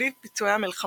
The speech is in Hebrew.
סביב פיצויי המלחמה